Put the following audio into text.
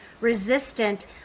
resistant